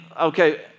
okay